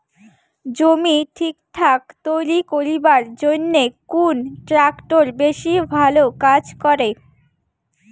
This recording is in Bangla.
জমি ঠিকঠাক তৈরি করিবার জইন্যে কুন ট্রাক্টর বেশি ভালো কাজ করে?